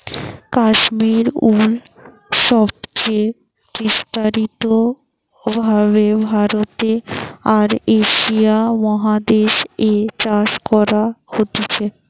কাশ্মীর উল সবচে বিস্তারিত ভাবে ভারতে আর এশিয়া মহাদেশ এ চাষ করা হতিছে